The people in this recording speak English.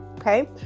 Okay